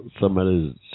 somebody's